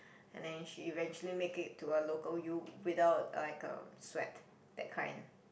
and then she actually make it to a local U without like a sweat that kind